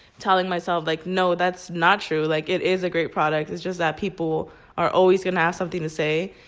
telling myself, like no, that's not true. like it is a great product! it's just that people are always going to have something to say.